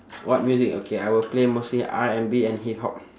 what music okay I will play mostly R&B and hip-hop